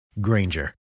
Granger